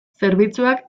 zerbitzuak